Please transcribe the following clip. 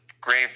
grave